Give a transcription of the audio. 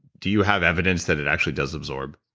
do you have evidence that it actually does absorb?